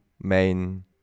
main